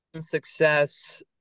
success